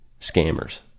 scammers